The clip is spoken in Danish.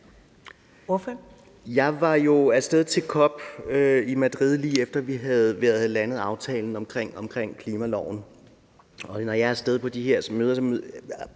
Jeg var jo af sted til COP25 i Madrid, lige efter vi havde landet aftalen om klimaloven. Og når jeg er af sted til de her møder, bruger jeg